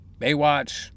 Baywatch